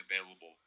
available